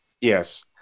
Yes